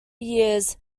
years